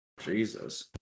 Jesus